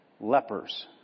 Lepers